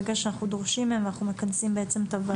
בגלל שאנחנו דורשים מהם אנחנו מכנסים בעצם הוועדה.